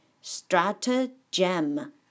Stratagem